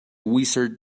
wizard